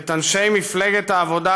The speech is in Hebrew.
ואת אנשי מפלגת העבודה,